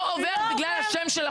לא עובר בגלל השם של החוק?